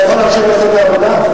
אני יכול להמשיך לעשות את העבודה?